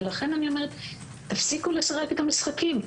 ולכן אני אומרת תפסיקו לשחק את המשחקים,